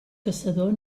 caçador